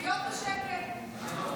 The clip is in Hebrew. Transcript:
להיות בשקט.